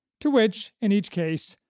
to which, in each case,